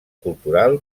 cultural